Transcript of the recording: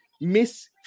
miss